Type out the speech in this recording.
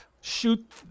shoot